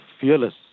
fearless